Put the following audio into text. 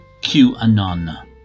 QAnon